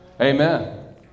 Amen